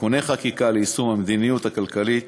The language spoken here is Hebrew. (תיקוני חקיקה ליישום המדיניות הכלכלית